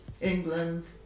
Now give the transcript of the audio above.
England